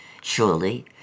Surely